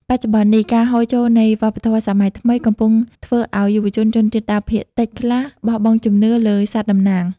បច្ចុប្បន្ននេះ ការហូរចូលនៃវប្បធម៌សម័យថ្មី កំពុងធ្វើឱ្យយុវជនជនជាតិដើមភាគតិចខ្លះបោះបង់ជំនឿលើសត្វតំណាង។